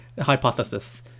hypothesis